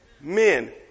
Men